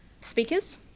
speakers